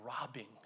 robbing